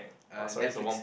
uh Netflix